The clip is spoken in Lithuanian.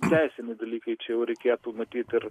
teisiniai dalykai čia jau reikėtų matyt ir